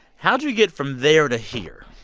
how'd you get from there to here?